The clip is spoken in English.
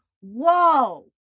whoa